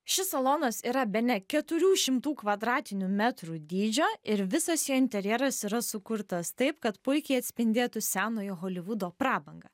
šis salonas yra bene keturių šimtų kvadratinių metrų dydžio ir visos jo interjeras yra sukurtas taip kad puikiai atspindėtų senojo holivudo prabangą